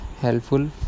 helpful